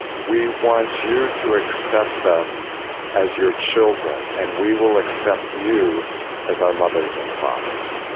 we want you to accept us as your children and we will accept you as our mothers and fathers.